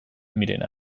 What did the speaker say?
miren